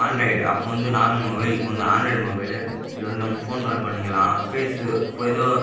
Android அப்போவந்து normal mobile இப்போ வந்து ஆண்ட்ராய்டு மொபைல்லு இதில் வந்து நம்ம ஃபோன் கால் பண்ணிக்கலாம் ஃபேஸு இப்போ எதோ